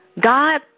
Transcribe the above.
God